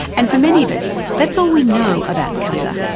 and for many of us that's all we know about qatar.